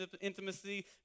intimacy